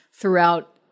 throughout